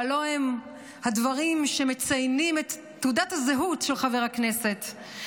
שהלוא הם הדברים שמציינים את תעודת הזהות של חבר הכנסת,